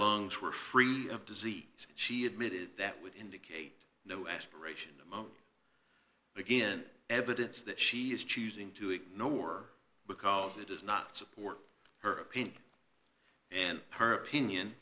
lungs were free of disease she admitted that would indicate no aspiration among again evidence that she is choosing to ignore because it does not support her opinion and her opinion